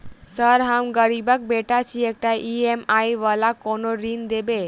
Sir हम गरीबक बेटा छी एकटा ई.एम.आई वला कोनो ऋण देबै?